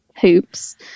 hoops